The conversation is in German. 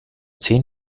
zehn